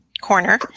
corner